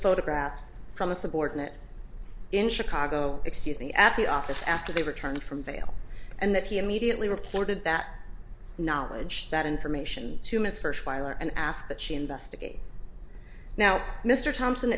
photographs from a subordinate in chicago excuse me at the office after they returned from vail and that he immediately reported that knowledge that information to ms first fire and ask that she investigate now mr thompson